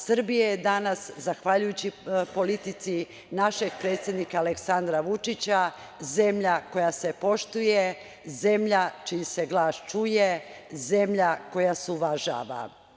Srbija je danas, zahvaljujući politici našeg predsednika Aleksandra Vučića, zemlja koja se poštuje, zemlja čiji se glas čuje, zemlja koja se uvažava.